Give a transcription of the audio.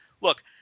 Look